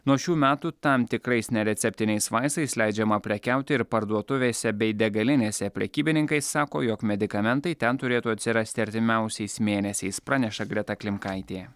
nuo šių metų tam tikrais nereceptiniais vaistais leidžiama prekiauti ir parduotuvėse bei degalinėse prekybininkai sako jog medikamentai ten turėtų atsirasti artimiausiais mėnesiais praneša greta klimkaitė